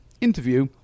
interview